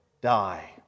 die